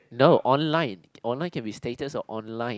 no online online can be status or online